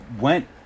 went